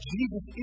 Jesus